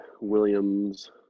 Williams